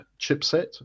chipset